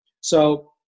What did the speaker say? So-